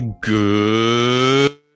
Good